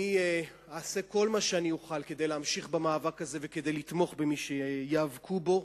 אני אעשה כל מה שאוכל כדי להמשיך במאבק הזה וכדי לתמוך במי שייאבקו בו,